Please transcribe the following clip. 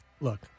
Look